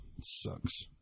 Sucks